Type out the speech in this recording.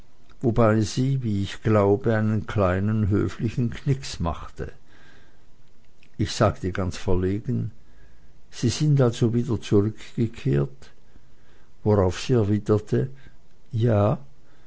wobei sie wie ich glaube einen kleinen höflichen knicks machte ich sagte ganz verlegen sie sind also wieder zurückgekehrt worauf sie erwiderte ja